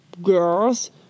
girls